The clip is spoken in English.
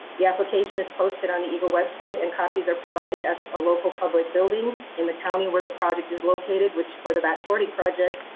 the application is posted on the egle website, and copies are provided at a local public building in the county where the project is located which for the back forty project,